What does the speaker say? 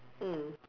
mm